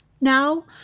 now